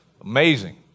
Amazing